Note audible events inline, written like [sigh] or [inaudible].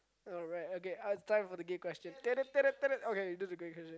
alright okay uh time for the gay question [noise] okay you do the gay question